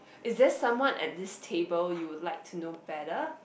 is there someone at this table you would like to know better